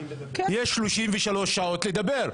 יש 33 שעות לדבר.